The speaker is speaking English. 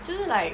就是 like